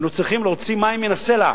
היינו צריכים להוציא מים מן הסלע,